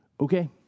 Okay